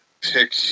pick